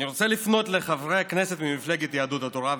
אני רוצה לפנות לחברי הכנסת ממפלגת יהדות התורה וש"ס: